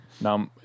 now